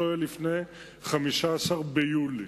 לא יהיה לפני 15 ביולי,